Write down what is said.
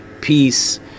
peace